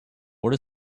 what